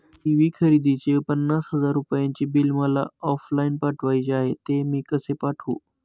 TV खरेदीचे पन्नास हजार रुपयांचे बिल मला ऑफलाईन पाठवायचे आहे, ते मी कसे पाठवू?